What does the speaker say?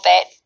bit